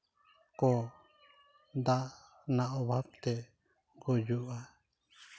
ᱠᱚ ᱫᱟᱜ ᱨᱮᱱᱟᱜ ᱚᱵᱷᱟᱵᱽᱛᱮ ᱜᱩᱡᱩᱜᱼᱟ